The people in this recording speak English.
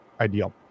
ideal